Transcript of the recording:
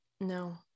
no